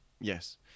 yes